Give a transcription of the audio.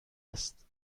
است